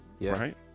right